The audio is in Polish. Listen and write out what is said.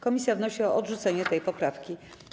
Komisja wnosi o odrzucenie tej poprawki.